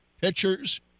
pitchers